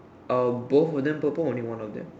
are both of them purple or only one of them